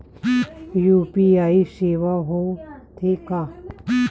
UPI सेवाएं हो थे का?